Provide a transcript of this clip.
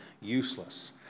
useless